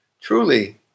Truly